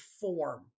form